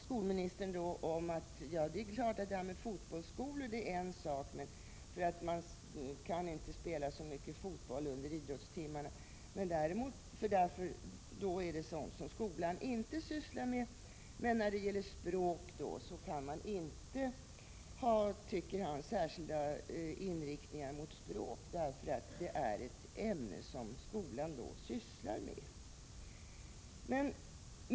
Skolministern säger att det här med fotbollsskolor är en sak, eftersom man inte kan spela så mycket fotboll under idrottstimmarna. Det är i fråga om sådant som skolan inte sysslar med. Men när det gäller språk kan man inte, tycker utbildningsministern, ha särskilda skolor med inriktning på språk därför att språk är ett ämne som skolan sysslar med.